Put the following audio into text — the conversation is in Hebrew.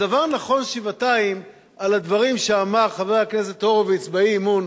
הדבר נכון שבעתיים על הדברים שאמר חבר הכנסת הורוביץ באי-אמון,